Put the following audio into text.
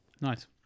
Nice